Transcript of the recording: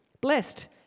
blessed